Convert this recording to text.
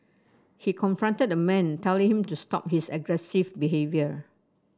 he confronted the man telling him to stop his aggressive behaviour